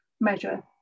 measure